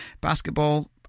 basketball